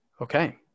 Okay